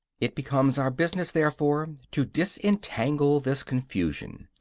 it becomes our business, therefore, to disentangle this confusion,